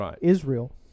Israel